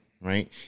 Right